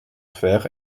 fer